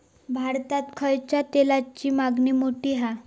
भारतात खायच्या तेलाची मागणी मोठी हा